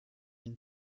une